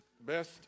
best